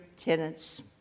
Tenants